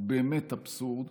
הוא באמת אבסורד.